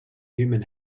human